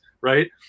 right